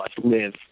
live